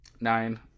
Nine